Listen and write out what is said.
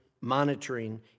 monitoring